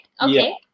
Okay